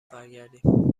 برگردیم